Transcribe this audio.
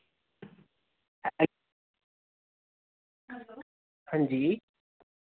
हां जी